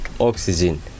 oxygen